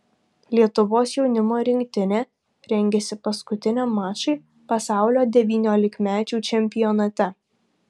lietuvos jaunimo rinktinė rengiasi paskutiniam mačui pasaulio devyniolikmečių čempionate